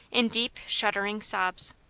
in deep, shuddering sobs.